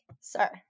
sir